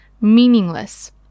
Meaningless